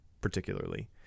particularly